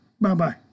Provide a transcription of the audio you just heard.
Bye-bye